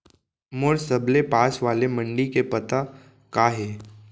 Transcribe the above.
मोर सबले पास वाले मण्डी के पता का हे?